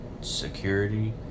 security